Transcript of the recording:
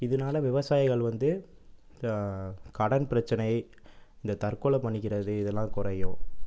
இதனால விவசாயிகள் வந்து கடன் பிரச்சனை இந்த தற்கொலை பண்ணிக்கிறது இதெலாம் குறையும்